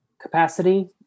capacity